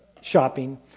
shopping